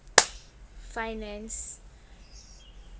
finance